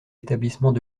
établissements